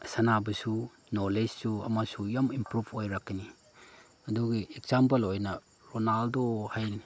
ꯁꯥꯟꯅꯕꯁꯨ ꯅꯣꯂꯦꯖꯁꯨ ꯑꯃꯁꯨ ꯌꯥꯝ ꯏꯝꯄ꯭ꯔꯨꯐ ꯑꯣꯏꯔꯛꯀꯅꯤ ꯑꯗꯨꯒꯤ ꯑꯦꯛꯖꯥꯝꯄꯜ ꯑꯣꯏꯅ ꯔꯣꯅꯥꯜꯗꯣ ꯍꯥꯏꯅ